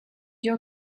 your